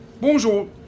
Bonjour